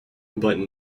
but